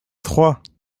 trois